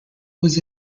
was